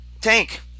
tank